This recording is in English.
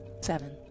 Seven